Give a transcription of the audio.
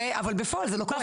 אבל בפועל זה לא קורה.